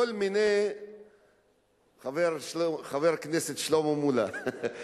חבר הכנסת שלמה מולה,